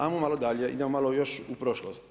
Ajmo malo dalje, idemo malo još u prošlost.